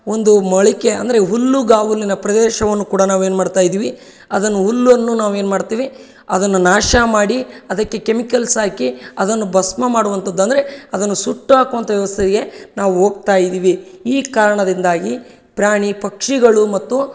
ಒಂದು ಮೊಳಕೆ ಅಂದರೆ ಹುಲ್ಲುಗಾವಲಿನ ಪ್ರದೇಶವನ್ನು ಕೂಡ ನಾವು ಏನ್ಮಾಡ್ತಾ ಇದ್ದೀವಿ ಅದನ್ನು ಹುಲ್ಲನ್ನು ನಾವು ಏನು ಮಾಡ್ತೀವಿ ಅದನ್ನು ನಾಶ ಮಾಡಿ ಅದಕ್ಕೆ ಕೆಮಿಕಲ್ಸ್ ಹಾಕಿ ಅದನ್ನು ಭಸ್ಮ ಮಾಡುವಂಥದ್ದು ಅಂದರೆ ಅದನ್ನು ಸುಟ್ಟಾಕುವಂಥ ವ್ಯವಸ್ಥೆಗೆ ನಾವು ಹೋಗ್ತಾ ಇದ್ದೀವಿ ಈ ಕಾರಣದಿಂದಾಗಿ ಪ್ರಾಣಿ ಪಕ್ಷಿಗಳು ಮತ್ತು